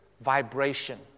vibration